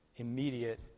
Immediate